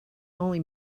only